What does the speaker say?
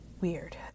weird